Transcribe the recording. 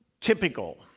typical